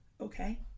okay